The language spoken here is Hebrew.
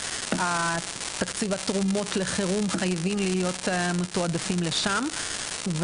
התקציב והתרומות לחירום חייבים להיות מתועדפים לשם.